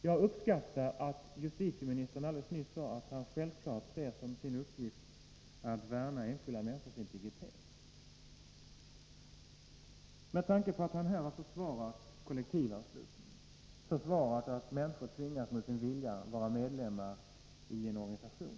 Jag uppskattar det justitieministern alldeles nyss sade, att han självfallet ser det som sin uppgift att värna enskilda människors integritet. Justitieministern har här försvarat kollektivanslutningen, försvarat att enskilda människor tvingas mot sin vilja att vara medlem i en organisation.